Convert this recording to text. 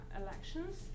elections